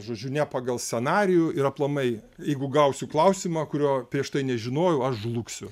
žodžiu ne pagal scenarijų ir aplamai jeigu gausiu klausimą kurio prieš tai nežinojau aš žlugsiu